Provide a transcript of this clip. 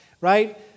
right